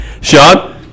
Sean